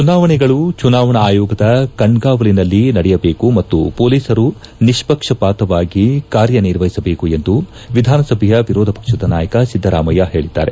ಚುನಾವಣೆಗಳು ಚುನಾವಣಾ ಆಯೋಗದ ಕಣ್ಗಾವಲಿನಲ್ಲಿ ನಡೆಯಬೇಕು ಮತ್ತು ಪೊಲೀಸರು ನಿಷ್ಣಕ್ಷಪಾತವಾಗಿ ಕಾರ್ಯನಿರ್ವಹಿಸಬೇಕು ಎಂದು ವಿಧಾನಸಭೆಯ ವಿರೋಧ ಪಕ್ಷದ ನಾಯಕ ಸಿದ್ದರಾಮಯ್ಯ ಹೇಳಿದ್ದಾರೆ